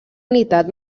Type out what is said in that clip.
unitat